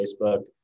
Facebook